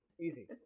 Easy